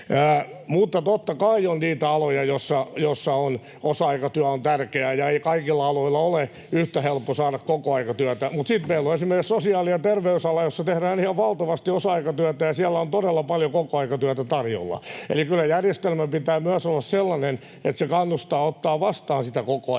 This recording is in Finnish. Mutta totta kai on niitä aloja, joilla osa-aika työ on tärkeää, ja ei kaikilla aloilla ole yhtä helppoa saada kokoaikatyötä. Mutta sitten meillä on esimerkiksi sosiaali- ja terveysala, jolla tehdään ihan valtavasti osa-aikatyötä, ja siellä on todella paljon kokoaikatyötä tarjolla. Eli kyllä järjestelmän pitää myös olla sellainen, että se kannustaa ottamaan vastaan sitä kokoaikaista